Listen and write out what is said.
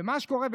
ומה שקורה,